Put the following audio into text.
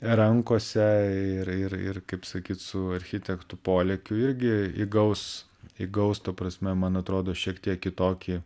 rankose ir ir ir kaip sakyti su architektų polėkiu irgi įgaus įgaus ta prasme man atrodo šiek tiek kitokį